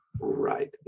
Right